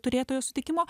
turėtojo sutikimo